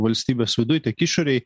valstybės viduj tiek išorėj